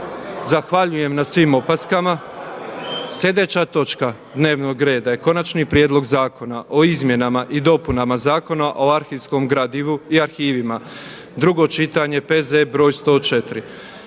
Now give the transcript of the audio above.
Zahvaljujem na svim opaskama. Sljedeća točka dnevnog reda je Konačni prijedlog zakona o izmjenama i dopunama Zakona o arhivskom gradivu i arhivima, drugo čitanje, P.Z. broj 104.